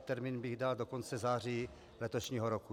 Termín bych dal do konce září letošního roku.